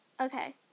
okay